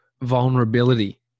vulnerability